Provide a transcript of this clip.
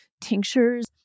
tinctures